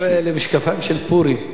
תראה, אלה משקפיים של פורים.